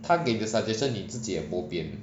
他给的 suggestion 你自己也 bo pian